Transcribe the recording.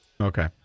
Okay